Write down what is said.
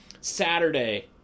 saturday